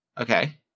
Okay